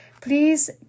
Please